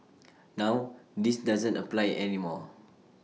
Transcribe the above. now this doesn't apply any more